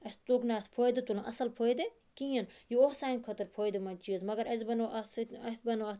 اَسہِ توٚگ نہٕ اتھ فٲیدٕ تُلُن اصل فٲیدٕ کِہیٖنی یہِ اوس سانہِ خٲطرٕ فٲیدٕ مَنٛد چیٖز مَگَر اَسہِ بَنوو اتھ سۭتۍ اَسہِ بَنوو اتھ